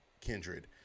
Kindred